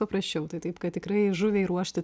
paprasčiau tai taip kad tikrai žuvį ruošti